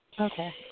Okay